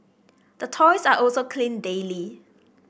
the toys are also cleaned daily